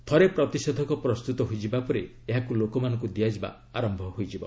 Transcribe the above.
ଥରେ ପ୍ରତିଷେଧକ ପ୍ରସ୍ତୁତ ହୋଇଯିବା ପରେ ଏହାକୁ ଲୋକମାନଙ୍କୁ ଦିଆଯିବା ଆରମ୍ଭ ହୋଇଯିବ